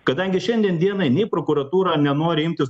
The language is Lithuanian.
kadangi šiandien dienai nei prokuratūra nenori imtis